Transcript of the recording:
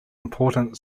important